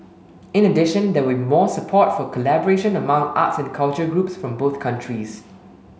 in addition there will be more support for collaboration among arts and culture groups from both countries